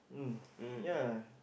mm yeah